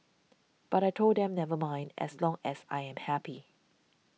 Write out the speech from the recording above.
but I told them never mind as long as I am happy